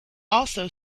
also